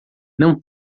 não